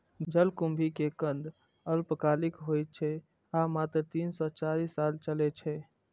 जलकुंभी के कंद अल्पकालिक होइ छै आ मात्र तीन सं चारि साल चलै छै